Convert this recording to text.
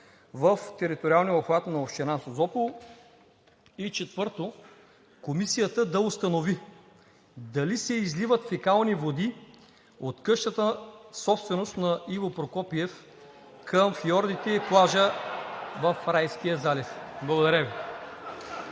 в териториалния обхват на община Созопол. 4. Комисията да установи дали се изливат фекални води от къщата – собственост на Иво Прокопиев, към фиордите и плажа в Райския залив. (Шум и